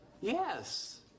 yes